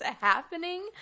happening